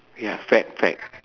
ya fad fad